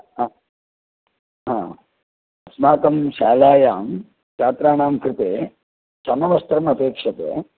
हा हा अस्माकं शालायां छात्राणां कृते समवस्त्रम् अपेक्षते